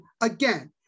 again